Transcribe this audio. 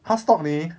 她 stalk 你